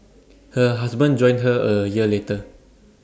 her husband joined her A year later